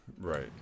Right